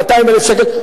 200,000 שקל,